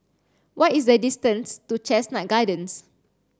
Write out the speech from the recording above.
what is the distance to Chestnut Gardens